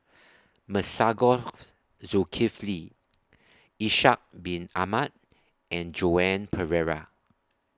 Masagos Zulkifli Ishak Bin Ahmad and Joan Pereira